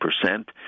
percent